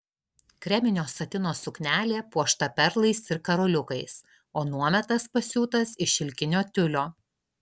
kreminio satino suknelė puošta perlais ir karoliukais o nuometas pasiūtas iš šilkinio tiulio